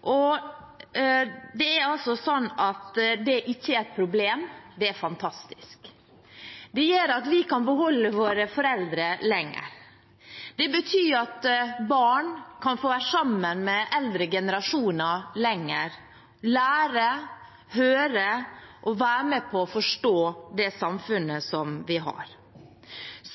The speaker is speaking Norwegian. og det er ikke et problem, det er fantastisk. Det gjør at vi kan beholde våre foreldre lenger. Det betyr at barn kan få være sammen med eldre generasjoner lenger og lære, høre og være med på å forstå det samfunnet vi har.